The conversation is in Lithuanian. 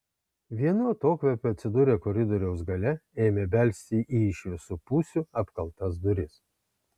vienu atokvėpiu atsidūrę koridoriaus gale ėmė belsti į iš visų pusių apkaltas duris